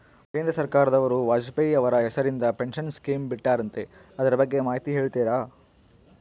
ಕೇಂದ್ರ ಸರ್ಕಾರದವರು ವಾಜಪೇಯಿ ಅವರ ಹೆಸರಿಂದ ಪೆನ್ಶನ್ ಸ್ಕೇಮ್ ಬಿಟ್ಟಾರಂತೆ ಅದರ ಬಗ್ಗೆ ಮಾಹಿತಿ ಹೇಳ್ತೇರಾ?